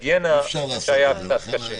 היגיינה" זה היה --- אי-אפשר לעשות את זה.